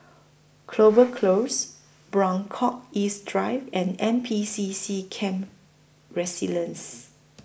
Clover Close Buangkok East Drive and N P C C Camp Resilience